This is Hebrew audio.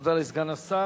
תודה לסגן השר.